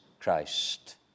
Christ